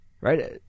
right